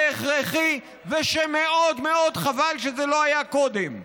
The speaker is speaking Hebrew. זה הכרחי ושמאוד מאוד חבל שזה לא היה קודם.